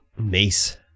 Mace